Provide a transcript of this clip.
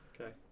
okay